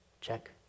check